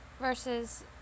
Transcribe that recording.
versus